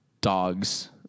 dogs